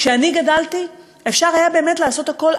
כשאני גדלתי, אפשר היה באמת לעשות הכול.